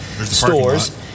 stores